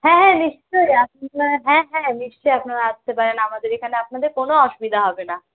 হ্যাঁ হ্যাঁ নিশ্চয়ই হ্যাঁ হ্যাঁ নিশ্চয়ই আপনারা আসতে পারেন আমাদের এখানে আপনাদের কোনো অসুবিধা হবে না